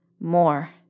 more